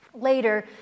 Later